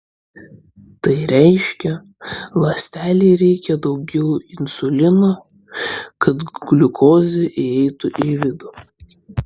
tai reiškia ląstelei reikia daugiau insulino kad gliukozė įeitų į vidų